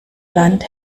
land